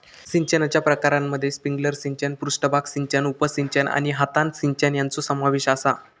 सिंचनाच्या प्रकारांमध्ये स्प्रिंकलर सिंचन, पृष्ठभाग सिंचन, उपसिंचन आणि हातान सिंचन यांचो समावेश आसा